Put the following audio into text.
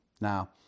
now